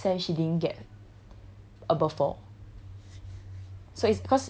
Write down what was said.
I think first sem she didn't get above four